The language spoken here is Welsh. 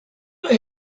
mae